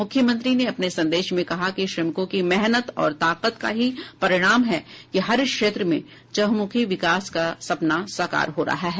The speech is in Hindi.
मुख्यमंत्री ने अपने संदेश में कहा है कि श्रमिकों की मेहनत और ताकत का ही परिणाम है कि हर क्षेत्र में चहुंमुखी विकास का सपना साकार हो रहा है